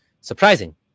surprising